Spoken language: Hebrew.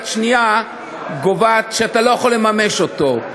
שנייה קובעת שאתה לא יכול לממש אותו.